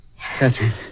Catherine